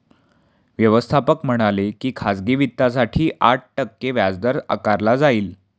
व्यवस्थापक म्हणाले की खाजगी वित्तासाठी आठ टक्के व्याजदर आकारला जाईल